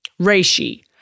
Reishi